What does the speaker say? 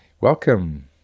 Welcome